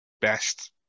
best